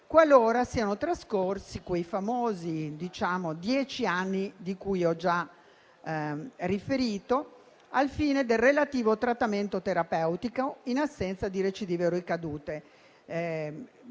qualora siano trascorsi quei famosi dieci anni di cui ho già riferito al fine del relativo trattamento terapeutico, in assenza di recidive o ricadute.